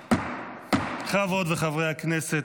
חברות וחברי הכנסת,